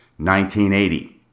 1980